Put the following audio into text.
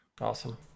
awesome